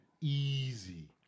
Easy